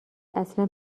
اصلا